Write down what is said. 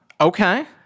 Okay